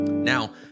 Now